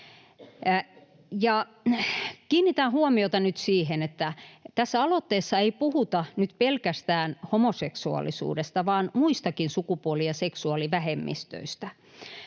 Kiinnitän huomiota nyt siihen, että tässä aloitteessa ei puhuta nyt pelkästään homoseksuaalisuudesta vaan muistakin sukupuoli- ja seksuaalivähemmistöistä,